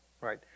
right